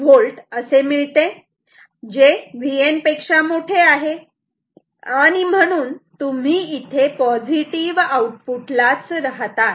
5V असे मिळते जे Vn पेक्षा मोठे आहे आणि म्हणून तुम्ही इथे पॉझिटिव्ह आऊटपुटलाच राहतात